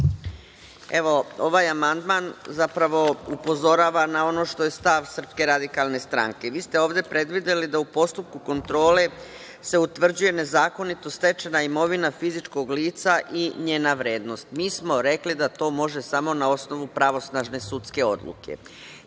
Ovaj amandman zapravo upozorava na ono što je stav SRS. Vi ste ovde predvideli da u postupku kontrole se utvrđuje nezakonito stečena imovina fizičkog lica i njena vrednost. Mi smo rekli da to može samo na osnovu pravosnažne sudske odluke. Ne